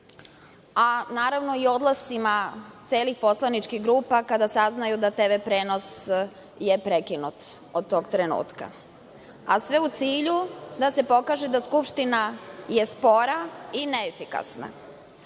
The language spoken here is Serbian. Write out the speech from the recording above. naravno i odlascima celih poslaničkih grupa kada saznaju da je TV prenos prekinut od tog trenutka, a sve u cilju da se pokaže da Skupština je spora i neefikasna.